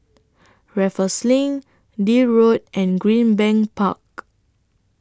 Raffles LINK Deal Road and Greenbank Park